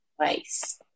place